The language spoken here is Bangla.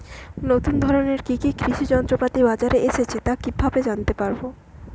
নতুন ধরনের কি কি কৃষি যন্ত্রপাতি বাজারে এসেছে তা কিভাবে জানতেপারব?